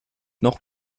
noch